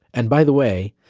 and by the way,